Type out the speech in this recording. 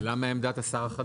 למה עמדת השר?